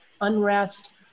unrest